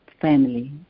family